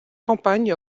campagne